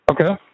Okay